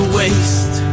waste